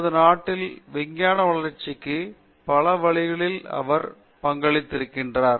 நமது நாட்டின் விஞ்ஞான வளர்ச்சிக்கு பல வழிகளில் அவர் பங்களித்திருக்கிறார்